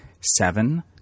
seven